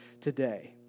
today